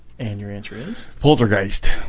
and your answer is poltergeist